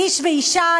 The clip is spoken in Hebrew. איש ואישה,